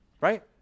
Right